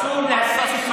אספסוף נחות,